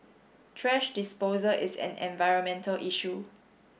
thrash disposal is an environmental issue